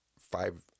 five